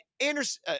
Anderson